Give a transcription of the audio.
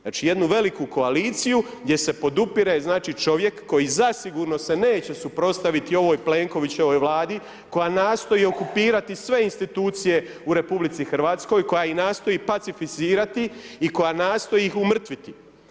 Znači jednu veliku koaliciju gdje se podupire čovjek, koji zasigurno se neće suprotstaviti ovoj Plenkovićevoj vladi, koja nastoji okupirati sve institucije u RH, koja i nastoji pacificirati i koja nastoji ih umrtviti.